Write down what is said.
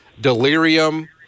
delirium